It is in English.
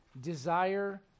desire